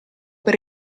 per